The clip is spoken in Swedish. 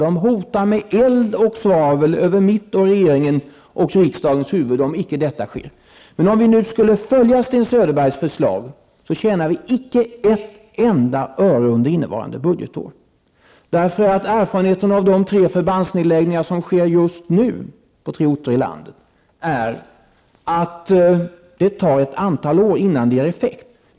Man hotar med eld och svavel över mitt, regeringens och riksdagens huvuden om detta icke sker. Om vi nu skulle följa Sten Söderbergs förslag skulle vi icke tjäna ett enda öre under innevarande budgetår. Erfarenheten av de förbandsneddragningar som nu sker på tre orter i landet visar att det tar ett antal år innan det ger effekt.